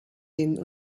den